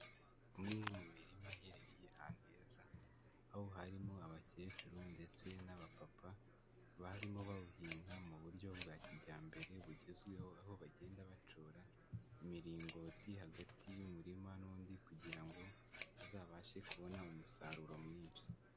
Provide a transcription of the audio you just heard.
Umwe mu mirima iherereye ahantu heza, aho harimo abakecuru ndetse n'abapapa barimo bawuhinga, mu buryo bwa kijyambere bugezweho, aho bagenda bacora imiringoti, hagati y'umurima n'undi kugira ngo azabashe kubona umusaruro mwinshi.